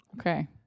Okay